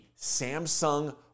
Samsung